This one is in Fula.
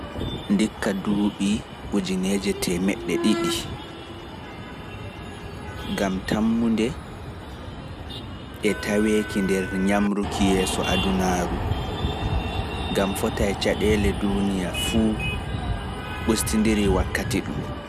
Ndikka yeeso, duuɓi teemeɗɗe ɗiɗi gam tammude e taweeki nder nyamruki yeeso adunaaru, gam fotai caɗeele duniya fu ɓustindiri wakkati ɗun.